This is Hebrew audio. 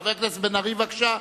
חבר הכנסת בן-ארי, בבקשה.